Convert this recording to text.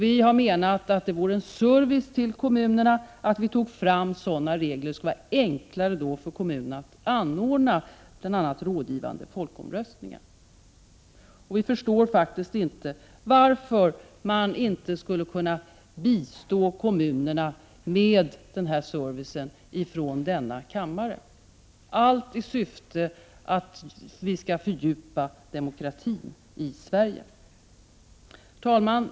Vi har menat att det vore en service för kommunerna om vi tog fram sådana regler, så att det var enklare för kommunerna att anordna bl.a. rådgivande folkomröstningar. Vi förstår faktiskt inte varför vi inte skulle kunna bistå kommunerna med denna service ifrån riksdagen — allt i syfte att fördjupa demokratin i Sverige. Herr talman!